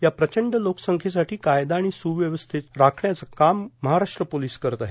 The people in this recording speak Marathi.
या प्रचंड लोकसंख्ये साठी कायदा व स्वव्यवस्थेचा राखण्याचे काम महाराष्ट्र पोर्लस करत आहेत